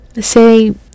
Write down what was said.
say